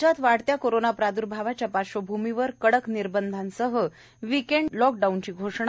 राज्यात वाढत्या कोरोंना प्राद्र्भावच्या पार्श्वभूमीवर कडक निर्बधासह वीकएंड लॉकडाउनची घोषणा